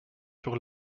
sur